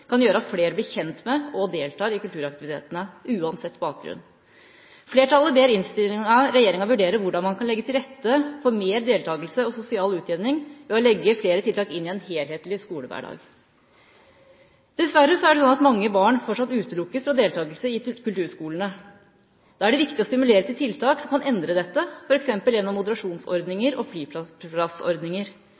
kan gjøre at flere blir kjent med og deltar i kulturaktivitetene – uansett bakgrunn. Flertallet ber i innstillinga regjeringa vurdere hvordan man kan legge til rette for mer deltakelse og sosial utjevning ved å legge flere tiltak inn i en helhetlig skolehverdag. Dessverre er det sånn at mange barn fortsatt utelukkes fra deltakelse i kulturskolene. Da er det viktig å stimulere til tiltak som kan endre dette, f.eks. gjennom moderasjonsordninger og